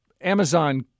Amazon